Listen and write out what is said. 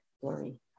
Glory